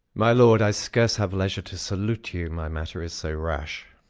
my lord, i scarce have leisure to salute you, my matter is so rash.